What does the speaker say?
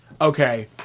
Okay